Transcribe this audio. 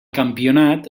campionat